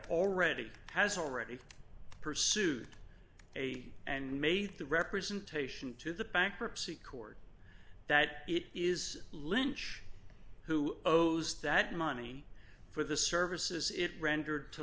already has already pursued a and made the representation to the bankruptcy court that it is lynch who owes that money for the services it rendered to